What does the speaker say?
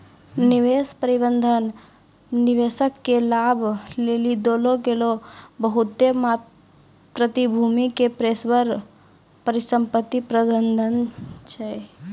निवेश प्रबंधन निवेशक के लाभ लेली देलो गेलो बहुते प्रतिभूति के पेशेबर परिसंपत्ति प्रबंधन छै